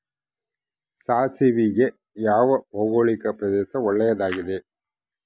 ಸಾಸಿವೆಗೆ ಯಾವ ಭೌಗೋಳಿಕ ಪ್ರದೇಶ ಒಳ್ಳೆಯದಾಗಿದೆ?